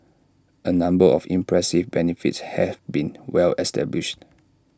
A number of impressive benefits have been well established